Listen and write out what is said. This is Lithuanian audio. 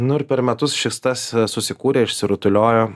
nu ir per metus šis tas susikūrė išsirutuliojo